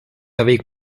avez